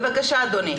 בבקשה אדוני.